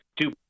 two